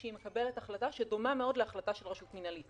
שהיא מקבלת החלטה שדומה מאוד להחלטה של רשות מנהלית.